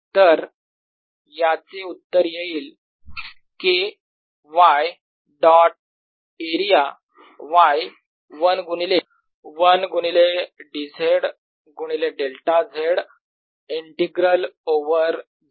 तर याचे उत्तर येईल K y dot area y - 1 गुणिले dz गुणिले delta z integral over z